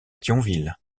thionville